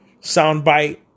soundbite